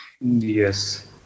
Yes